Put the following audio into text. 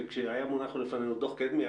עת היה מונח לפנינו חוק קדמי,